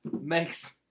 Makes